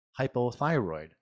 hypothyroid